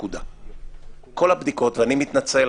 כל הבדיקות ואני מתנצל,